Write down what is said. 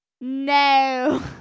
No